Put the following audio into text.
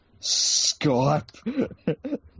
Skype